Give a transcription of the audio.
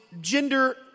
gender